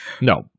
No